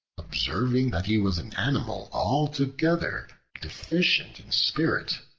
observing that he was an animal altogether deficient in spirit,